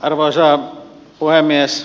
arvoisa puhemies